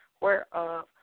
whereof